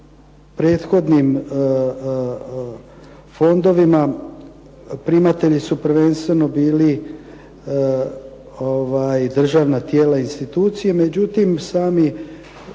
prethodnim fondovima primatelji su prvenstveno bili državna tijela, institucije. Međutim, sami